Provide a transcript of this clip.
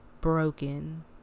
broken